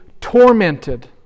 tormented